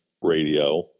Radio